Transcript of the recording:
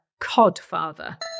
Codfather